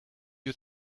you